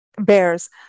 Bears